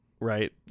Right